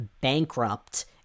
bankrupt